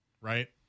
right